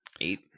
eight